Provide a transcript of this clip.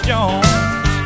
Jones